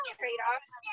trade-offs